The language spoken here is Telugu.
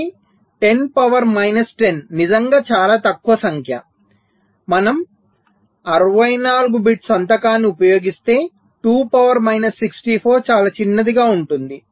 కానీ 10 పవర్ మైనస్ 10 నిజంగా చాలా తక్కువ సంఖ్య మనం 64 బిట్ సంతకాన్ని ఉపయోగిస్తే 2 పవర్ మైనస్ 64 చాలా చిన్నదిగా ఉంటుంది